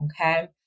okay